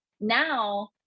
Now